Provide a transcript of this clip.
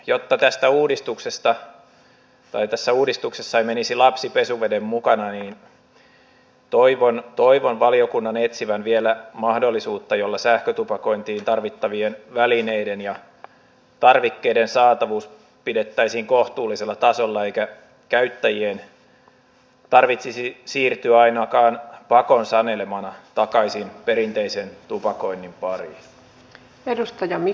jotta tässä uudistuksessa ei menisi lapsi pesuveden mukana toivon valiokunnan etsivän vielä mahdollisuutta jolla sähkötupakointiin tarvittavien välineiden ja tarvikkeiden saatavuus pidettäisiin kohtuullisella tasolla jotta käyttäjien ei tarvitsisi siirtyä ainakaan pakon sanelemana takaisin perinteisen tupakoinnin pariin